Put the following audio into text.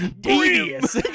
Devious